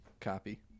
Copy